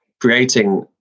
Creating